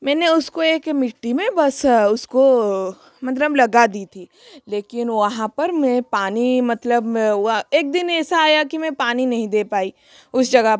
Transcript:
मैंने उसको एक मिट्टी में बस उसको मतलब लगा दी थी लेकिन वहाँ पर मैं पानी मतलब एक दिन ऐसा आया कि मैं पानी नहीं दे पाई उस जगह पर